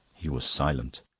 he was silent.